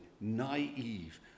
naive